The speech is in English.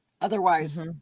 otherwise